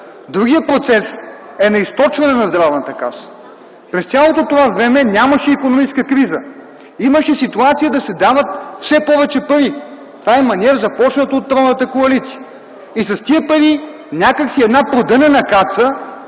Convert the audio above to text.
Другият процес е на източване на Здравната каса. През цялото това време нямаше икономическа криза. Имаше ситуация да се дават все повече пари. Това е маниер, започнат от тройната коалиция. И с тия пари някак си една продънена каца